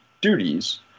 duties